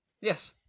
Yes